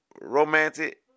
romantic